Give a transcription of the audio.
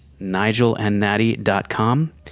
nigelandnatty.com